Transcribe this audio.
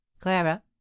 Clara